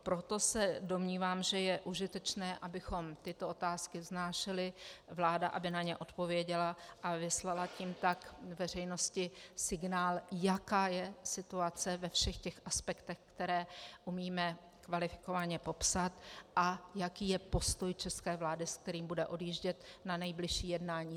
Proto se domnívám, že je užitečné, abychom tyto otázky vznášeli, vláda, aby na ně odpověděla a vyslala tím tak k veřejnosti signál, jaká je situace ve všech těch aspektech, které umíme kvalifikovaně popsat, a jaký je postoj české vlády, s kterým bude odjíždět na nejbližší jednání.